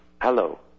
Hello